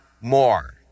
more